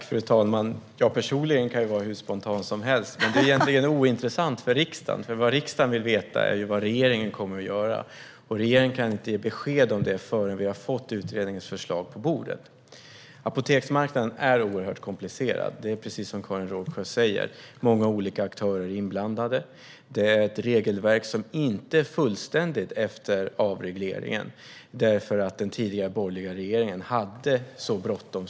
Fru talman! Ja, personligen kan jag vara hur spontan som helst, men det är egentligen ointressant för riksdagen. Vad riksdagen vill veta är ju vad regeringen kommer att göra, och regeringen kan inte ge besked om det förrän vi har fått utredningens förslag på bordet. Apoteksmarknaden är oerhört komplicerad. Det är precis som Karin Rågsjö säger. Många olika aktörer är inblandade. Regelverket är inte fullständigt efter avregleringen, eftersom den tidigare borgerliga regeringen hade så bråttom.